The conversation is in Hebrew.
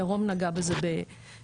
ירום נגע בזה במילה,